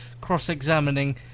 cross-examining